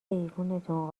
ایوونتون